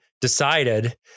decided